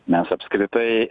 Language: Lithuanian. mes apskritai